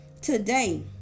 today